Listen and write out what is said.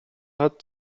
hat